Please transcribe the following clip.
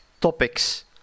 topics